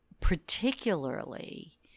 particularly